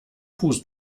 fuß